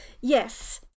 Yes